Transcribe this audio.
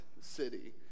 city